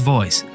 Voice